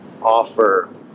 offer